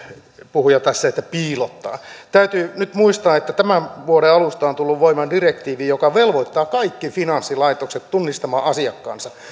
puhuja tässä tällaisia sanoja kuin piilottaa täytyy nyt muistaa että tämän vuoden alusta on tullut voimaan direktiivi joka velvoittaa kaikki finanssilaitokset tunnistamaan asiakkaansa